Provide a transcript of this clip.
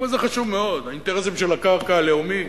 אבל זה חשוב מאוד, האינטרסים של הקרקע הלאומית,